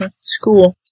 School